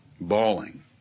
bawling